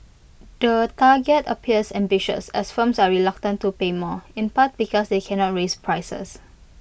the target appears ambitious as firms are reluctant to pay more in part because they cannot raise prices